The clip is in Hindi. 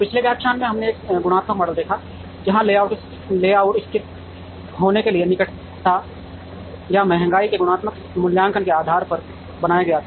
पिछले व्याख्यान में हमने एक गुणात्मक मॉडल देखा जहां लेआउट स्थित होने के लिए निकटता या महंगाई के गुणात्मक मूल्यांकन के आधार पर बनाया गया था